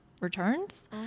returns